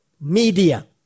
media